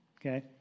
Okay